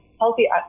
healthy